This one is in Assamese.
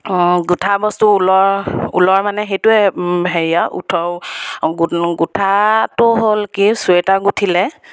গোঁঠা বস্তু ঊলৰ ঊলৰ মানে সেইটোৱে হেৰি আৰু উঠৰ গোঁঠাটো হ'ল কি চুৱেটাৰ গোঁঠিলে